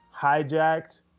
hijacked